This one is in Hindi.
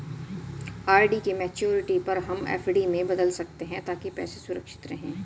आर.डी की मैच्योरिटी पर हम एफ.डी में बदल सकते है ताकि पैसे सुरक्षित रहें